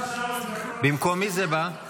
במקום מי זה בא?